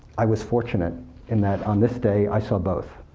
i was fortunate in that on this day, i saw both.